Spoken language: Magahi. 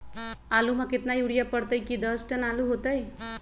आलु म केतना यूरिया परतई की दस टन आलु होतई?